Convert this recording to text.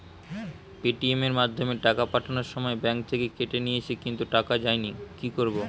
Paytm এর মাধ্যমে টাকা পাঠানোর সময় ব্যাংক থেকে কেটে নিয়েছে কিন্তু টাকা যায়নি কি করব?